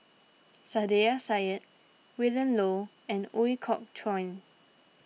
Saiedah Said Willin Low and Ooi Kok Chuen